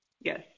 Yes